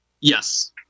Yes